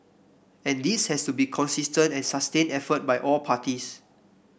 and this has to be consistent and sustained effort by all parties